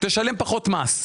ישלמו פחות מס.